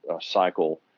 cycle